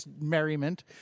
merriment